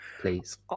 Please